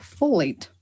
folate